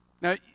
Now